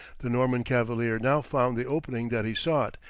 the norman cavalier now found the opening that he sought,